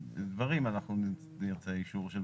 דברים, אנחנו נרצה אישור.